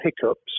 hiccups